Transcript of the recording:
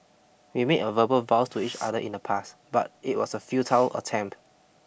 we made a verbal vows to each other in the past but it was a futile attempt